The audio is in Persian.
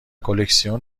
کلکسیون